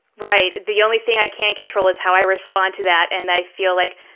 right. the only thing i can control is how i respond to that, and i feel like,